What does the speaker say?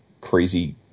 crazy